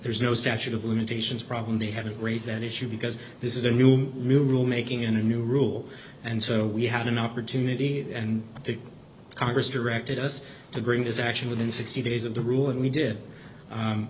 there's no statute of limitations problem they haven't raised that issue because this is a new home rule making in a new rule and so we had an opportunity and the congress directed us to bring this action within sixty days of the rule and we did